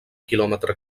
quilòmetre